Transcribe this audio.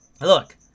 Look